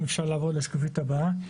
אם אפשר לעבור לשקופית הבאה.